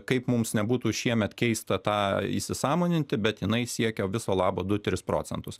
kaip mums nebūtų šiemet keista tą įsisąmoninti bet jinai siekia viso labo du tris procentus